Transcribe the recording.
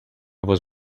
was